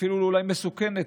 ואולי אפילו מסוכנת,